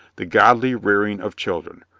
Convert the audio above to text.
the godly rearing of children!